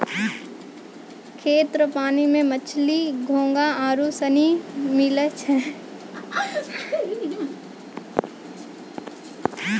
खेत रो पानी मे मछली, घोंघा आरु सनी मिलै छै